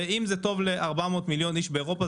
ואם זה טוב ל-400 מיליון איש באירופה,